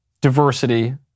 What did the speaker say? diversity